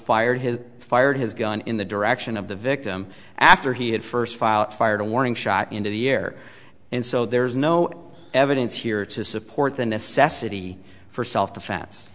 fired his fired his gun in the direction of the victim after he had first file fired a warning shot into the air and so there's no evidence here to support the necessity for self defen